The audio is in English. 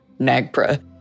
NAGPRA